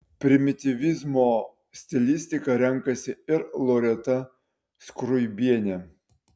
primityvizmo stilistiką renkasi ir loreta skruibienė